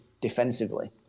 defensively